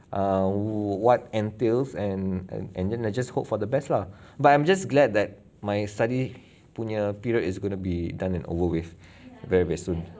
ah what and tails and and and then you just hope for the best lah but I'm just glad that my study punya period is going to be be done and over with very very soon